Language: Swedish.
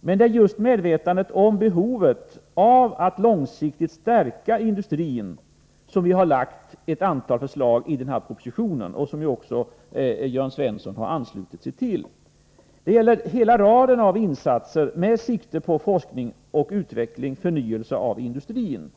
Men det är just i medvetandet om behovet av att långsiktigt stärka industrin som vi lagt fram ett antal förslag i denna proposition, vilka även Jörn Svensson anslutit sig till. Det gäller hela raden av insatser med sikte på forskning och utveckling samt förnyelse av industrin.